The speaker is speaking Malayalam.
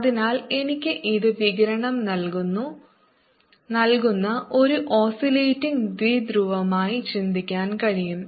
അതിനാൽ എനിക്ക് ഇത് വികിരണം നൽകുന്ന ഒരു ഓസിലേറ്റിംഗ് ദ്വിധ്രുവമായി ചിന്തിക്കാൻ കഴിയും